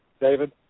David